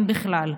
אם בכלל.